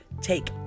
take